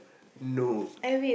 no